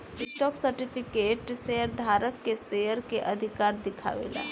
stock certificate share धारक के share के अधिकार दिखावे ला